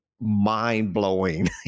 mind-blowing